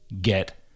get